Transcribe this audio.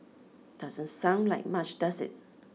doesn't sound like much does it